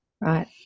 Right